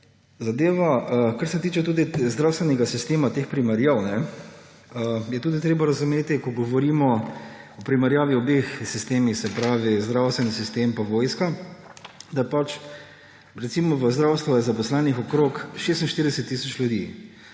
Zdaj, kar se tiče tudi zdravstvenega sistema, teh primerjav, je tudi treba razumeti, ko govorimo o primerjavi obeh sistemov, se pravi zdravstveni sistem in vojska, da v je zdravstvu zaposlenih okrog 46 tisoč ljudi,